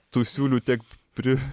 tų siūlių tiek pri